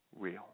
real